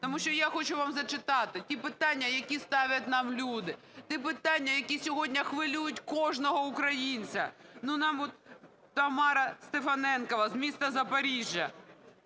тому що я хочу вам зачитати ті питання, які ставлять нам люди, ті питання, які сьогодні хвилюють кожного українця. Ну, нам Тамара Стефаненкова з міста Запоріжжя